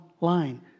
line